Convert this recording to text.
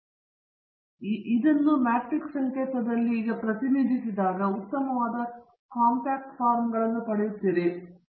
ಆದ್ದರಿಂದ ನೀವು ಇದನ್ನು ಮ್ಯಾಟ್ರಿಕ್ಸ್ ಸಂಕೇತದಲ್ಲಿ ಪ್ರತಿನಿಧಿಸಿದಾಗ ನೀವು ಉತ್ತಮವಾದ ಕಾಂಪ್ಯಾಕ್ಟ್ ಫಾರ್ಮ್ಗಳನ್ನು ಪಡೆಯುತ್ತೀರಿ